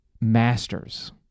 masters